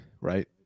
right